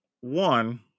one